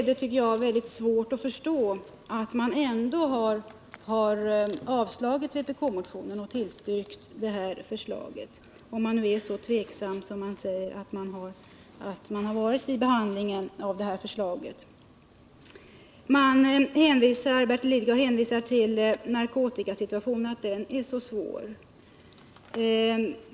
Det är svårt att förstå att man ändå har avstyrkt vpk-motionen och tillstyrkt detta förslag om man är så tveksam till förslaget som man säger att man har varit vid behandlingen. Bertil Lidgard hänvisar till att narkotikasituationen är så svår.